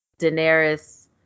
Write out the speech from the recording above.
Daenerys